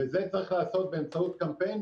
את זה צריך לעשות באמצעות קמפיין,